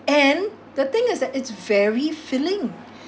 and the thing is that it's very filling